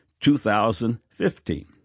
2015